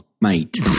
mate